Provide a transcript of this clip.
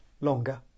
longer